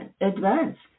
advanced